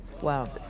wow